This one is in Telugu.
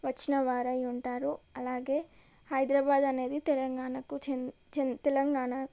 వచ్చిన వారై ఉంటారు అలాగే హైదరాబాదు అనేది తెలంగాణకు తెలంగాణ